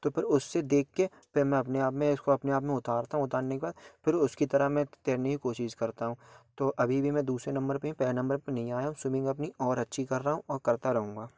तो फिर उससे देख कर फिर मैं अपने आप में इसको अपने आप में उतारता हूँ उतारने के बाद फिर उसकी तरह में तैरने की कोशिश करता हूँ तो अभी भी मैं दूसरे नंबर पर पहले नंबर पर नहीं आया हूँ स्विमिंग अपनी और अच्छी कर रहा हूँ और करता रहूँगा